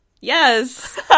yes